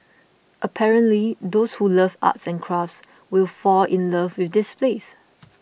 apparently those who love arts and crafts will fall in love with this place